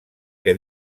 que